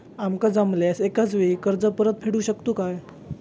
आमका जमल्यास एकाच वेळी कर्ज परत फेडू शकतू काय?